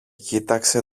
κοίταξε